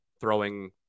throwing